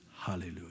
Hallelujah